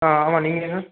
ஆ ஆமாம் நீங்கங்க